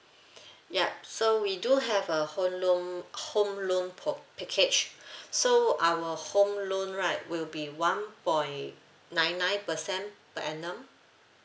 yup so we do have a home loan home loan po~ package so our home loan right will be one point nine nine percent per annum